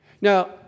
Now